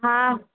हा